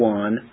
one